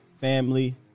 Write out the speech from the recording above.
Family